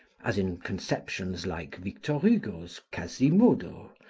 as in conceptions like victor hugo's quasimodo,